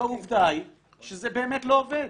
ועובדה היא שזה באמת לא עובד.